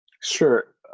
Sure